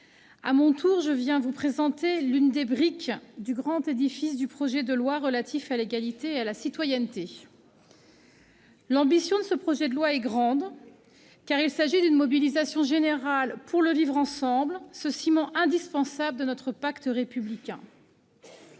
à mon tour je souhaite vous présenter l'une des briques du grand édifice du projet de loi relatif à l'égalité et à la citoyenneté. L'ambition de ce texte est grande, car il s'agit d'une mobilisation générale pour le vivre ensemble, ce ciment indispensable de notre pacte républicain.